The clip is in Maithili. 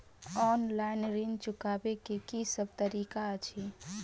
ऑनलाइन ऋण चुकाबै केँ की सब तरीका अछि?